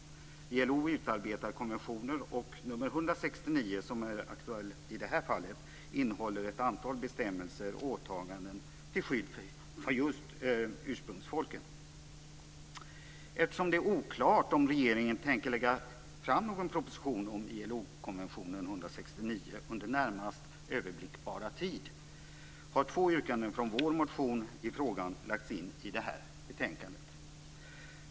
ILO utarbetar konventioner. Nr 169, som är aktuell i det här fallet, innehåller ett antal bestämmelser och åtaganden till skydd för just ursprungsfolken. Eftersom det är oklart om regeringen tänker lägga fram någon proposition om ILO-konventionen 169 under närmast överblickbara tid har två yrkanden från vår motion i frågan lagts in i det här betänkandet.